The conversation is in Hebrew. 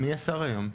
מי השר היום?